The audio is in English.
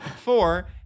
Four